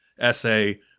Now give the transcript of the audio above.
essay